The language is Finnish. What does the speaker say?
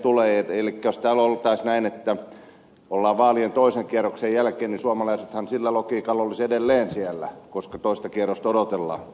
elikkä jos olisi niin että siellä ollaan vaalien toisen kierroksen jälkeen niin suomalaisethan sillä logiikalla olisivat edelleen siellä koska toista kierrosta odotellaan